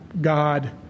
God